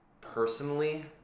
personally